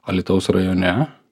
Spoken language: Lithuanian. alytaus rajone